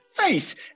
Nice